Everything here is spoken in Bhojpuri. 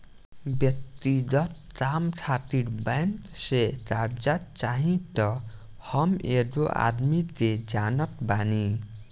व्यक्तिगत काम खातिर बैंक से कार्जा चाही त हम एगो आदमी के जानत बानी